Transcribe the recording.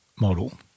model